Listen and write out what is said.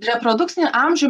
reprodukcinį amžių